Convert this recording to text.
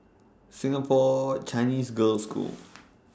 Singapore Chinese Girls' School